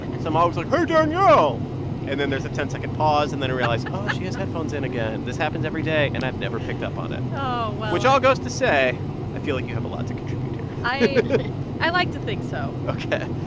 so i'm always like, hey, danielle. and then there's a ten second pause and then i realize, oh, she has headphones in again. this happens every day, and i've never picked up on it oh, well. which all goes to say i feel like you have a lot to contribute here i i like to think so ok.